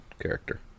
character